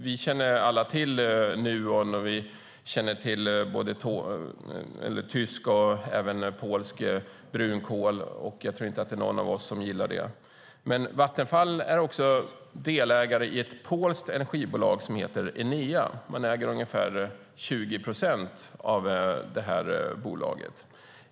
Vi känner alla till Nuon och både tysk och polsk brunkol, och jag tror inte att det är någon av oss som gillar det. Men Vattenfall är också delägare i ett polskt energibolag som heter Enea. Man äger ungefär 20 procent av bolaget.